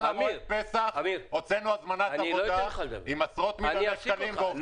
המועד פסח הוצאנו הזמנת עבודה עם עשרות מיליוני שקלים ועובדים שם.